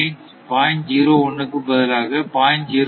01 க்கு பதில் 0